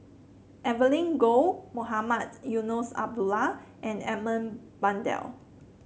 Evelyn Goh Mohamed Eunos Abdullah and Edmund Blundell